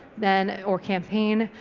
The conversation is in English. then or campaign,